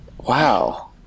Wow